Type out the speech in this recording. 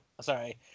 Sorry